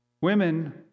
Women